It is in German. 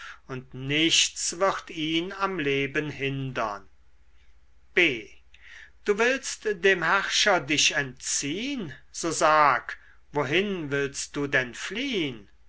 und nichts wird ihn am leben hindern b du willst dem herrscher dich entziehn so sag wohin willst du denn fliehn